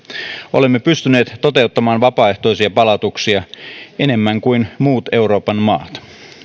olemme pystyneet toteuttamaan vapaaehtoisia palautuksia enemmän kuin muut euroopan maat